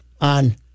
on